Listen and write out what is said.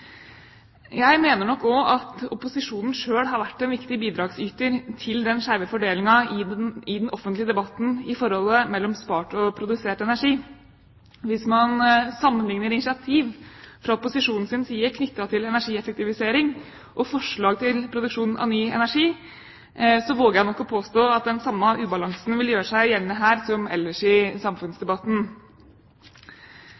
Jeg mener nok òg at opposisjonen selv har vært en viktig bidragsyter til den skjeve fordelingen i den offentlige debatten i forholdet mellom spart og produsert energi. Hvis man sammenlikner initiativ fra opposisjonens side knyttet til energieffektivisering og forslag til produksjon av ny energi, våger jeg nok å påstå at den samme ubalansen vil gjøre seg gjeldende her som ellers i